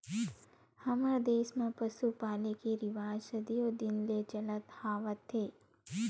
हमर देस म पसु पाले के रिवाज सदियो दिन ले चलत आवत हे